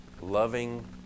loving